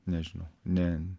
nežinau ne